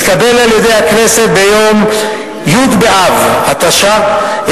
התקבל על-ידי הכנסת ביום י' באב התש"ע,